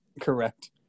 correct